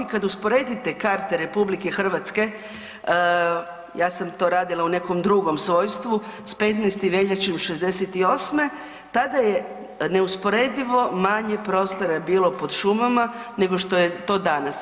Kad usporedite karte RH, ja sam to radila u nekom drugom svojstvu, s 15. veljače '68., tada je neusporedivo manje prostora bilo pod šumama nego što je to danas.